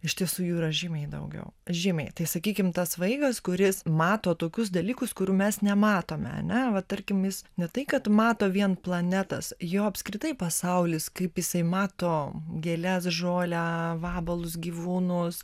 iš tiesų jų yra žymiai daugiau žymiai tai sakykim tas vaikas kuris mato tokius dalykus kurių mes nematome ane va tarkim jis ne tai kad mato vien planetas jo apskritai pasaulis kaip jisai mato gėles žolę vabalus gyvūnus